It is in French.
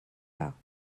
pas